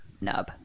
nub